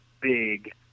big